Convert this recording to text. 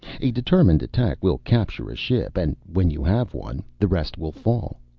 a determined attack will capture a ship and when you have one, the rest will fall.